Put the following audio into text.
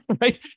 right